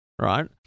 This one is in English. Right